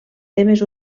temes